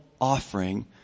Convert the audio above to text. offering